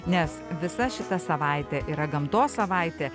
nes visa šita savaitė yra gamtos savaitė